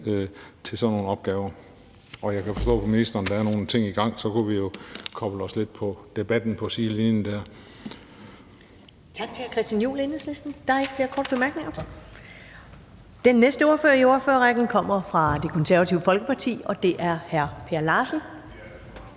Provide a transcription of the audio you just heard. til sådan nogle opgaver. Jeg kan forstå på ministeren, at der er nogle ting i gang, og så kunne vi jo koble os lidt på debatten på sidelinjen der.